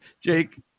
Jake